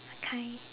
okay